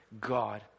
God